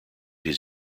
his